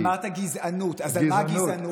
אמרת גזענות, אז על מה גזענות?